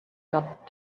got